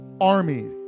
army